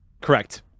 correct